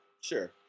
Sure